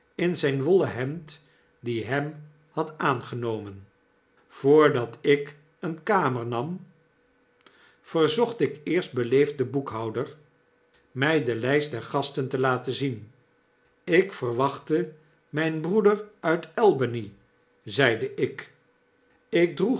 in zijn wollen hemd die hem bad aangenomen voordat ik eene kamer nam verzocht ik eerst beleefd den boekhouder my de lyst der gasten te laten inzien ik verwachtte mijn broeder uit albany zeide ik ik